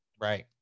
right